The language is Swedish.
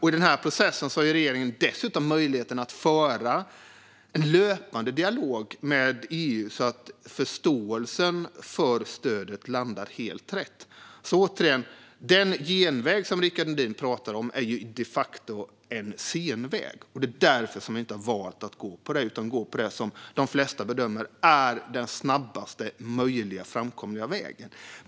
I den här processen har regeringen dessutom möjligheten att föra en löpande dialog med EU så att förståelsen för stödet landar helt rätt. Återigen: Den genväg som Rickard Nordin pratar om är de facto en senväg. Det är därför som vi har valt att inte gå på det förslaget, utan vi har valt att gå på det som de flesta bedömer är den snabbaste framkomliga vägen.